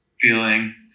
feeling